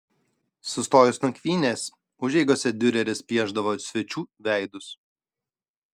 sustojus nakvynės užeigose diureris piešdavo svečių veidus